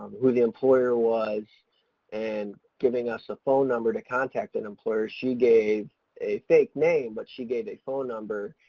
who the employer was and giving us a phone number to contact an employer, she gave a fake name but she gave a phone number,